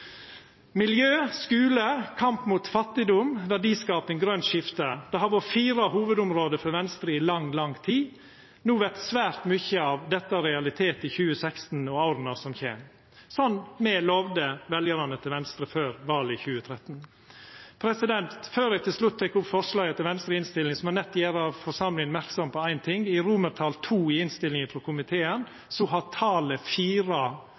Miljø, skule, kamp mot fattigdom, verdiskaping og grønt skifte – det har vore fire hovudområde for Venstre i lang, lang tid. No vert svært mykje av dette realitet i 2016 og åra som kjem – som me lovde veljarane til Venstre før valet i 2013. Før eg til slutt tek opp forslaga til Venstre i innstillinga, må eg gjera forsamlinga merksam på ein ting: I romartal II i innstillinga frå komiteen har talet